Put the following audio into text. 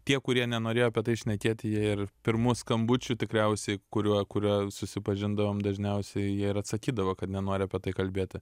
tie kurie nenorėjo apie tai šnekėti jie ir pirmu skambučiu tikriausiai kuriuo kuriuo susipažindavom dažniausiai jie ir atsakydavo kad nenori apie tai kalbėti